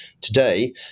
Today